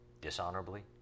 dishonorably